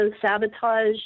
sabotage